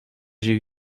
j’ai